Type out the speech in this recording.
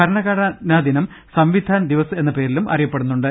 ഭരണഘടനാ ദിനം സംവിധാൻ ദിവസ് എന്ന പേരിലും അറിയ പ്പെടുന്നുണ്ട്